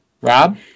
Rob